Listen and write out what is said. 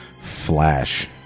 Flash